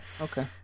Okay